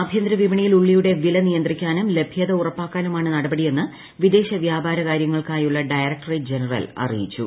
ആഭ്യന്തര വിപണിയിൽ ഉള്ളിയുടെ വില നിയന്ത്രിക്കാനും ലഭൃത ഉറപ്പാക്കാനുമാണ് നടപടിയെന്ന് വിദേശൃ വ്യാപാര കാര്യങ്ങൾക്കായുള്ള ഡയറക്ടറേറ്റ് ജനുവർക്ക് അറിയിച്ചു